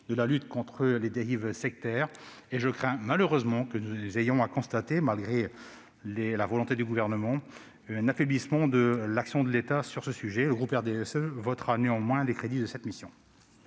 de la lutte contre les dérives sectaires. Je crains par conséquent que nous n'ayons à constater, malgré la volonté du Gouvernement, un affaiblissement de l'action de l'État sur ce sujet. Le groupe du RDSE votera néanmoins les crédits de cette mission.